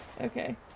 Okay